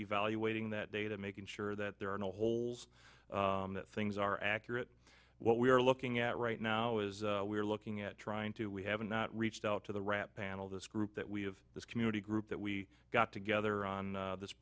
evaluating that data making sure that there are no holes that things are accurate what we are looking at right now is we're looking at trying to we have not reached out to the rap panel this group that we have this community group that we got together on this